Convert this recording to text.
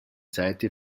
seite